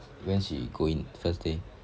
when she go in first day